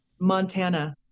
Montana